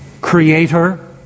Creator